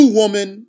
woman